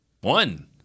one